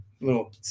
little